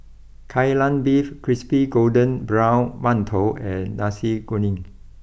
Kai Lan Beef Crispy Golden Brown Mantou and Nasi Kuning